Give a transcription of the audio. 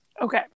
Okay